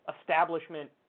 establishment